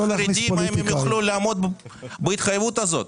חרדים האם הם יוכלו לעמוד בהתחייבות הזאת.